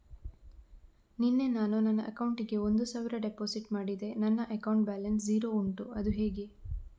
ನಿನ್ನೆ ನಾನು ನನ್ನ ಅಕೌಂಟಿಗೆ ಒಂದು ಸಾವಿರ ಡೆಪೋಸಿಟ್ ಮಾಡಿದೆ ನನ್ನ ಅಕೌಂಟ್ ಬ್ಯಾಲೆನ್ಸ್ ಝೀರೋ ಉಂಟು ಅದು ಹೇಗೆ?